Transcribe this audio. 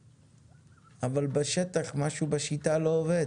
אבל בשטח משהו בשיטה לא עובד.